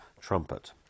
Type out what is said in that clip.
trumpet